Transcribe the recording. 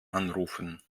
anrufen